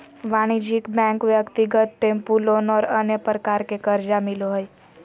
वाणिज्यिक बैंक ब्यक्तिगत tempo loan और अन्य प्रकार के कर्जा मिलो हइ